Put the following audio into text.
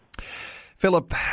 Philip